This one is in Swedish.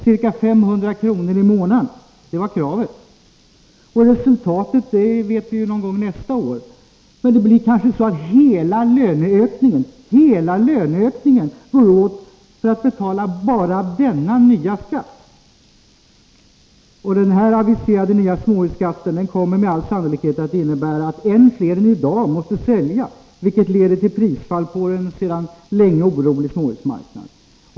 Ca 500 kr. i månaden var kravet. Resultatet får vi veta någon gång nästa år, men hela löneökningen går kanske åt för att betala bara denna nya skatt. Den aviserade nya småhusskatten kommer med all sannolikhet att innebära att än fler än i dag måste sälja, vilket leder till prisfall på en sedan länge orolig småhusmarknad.